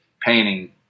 painting